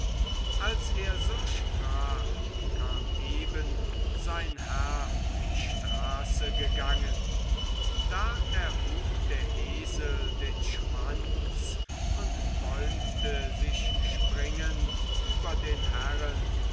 als er so sprach kam eben sein herr die straße gegangen da erhub der esel den schwanz und bäumte sich springend über den herren